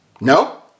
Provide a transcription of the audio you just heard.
No